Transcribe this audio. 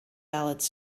ballads